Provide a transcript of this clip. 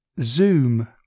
zoom